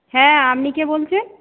হ্যাঁ আপনি কে বলছেন